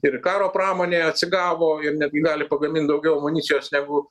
ir karo pramonė atsigavo ir netgi gali pagamint daugiau amunicijos negu